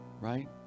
Right